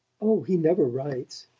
oh, he never writes.